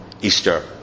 Easter